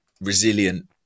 resilient